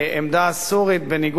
בניגוד לעמדת ארצות-הברית,